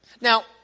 Now